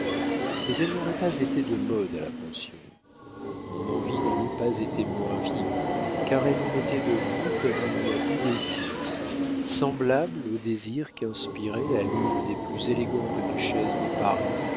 mais elle n'aurait pas été de mode à la pension mon envie n'en eût pas été moins vive car elle était devenue comme une idée fixe semblable au désir qu'inspiraient à l'une des plus élégantes duchesses de paris